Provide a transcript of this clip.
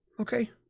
Okay